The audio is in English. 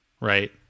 Right